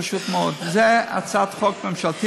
זה פשוט מאוד: זו הצעת חוק ממשלתית,